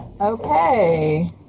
Okay